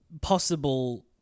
possible